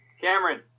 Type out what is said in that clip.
cameron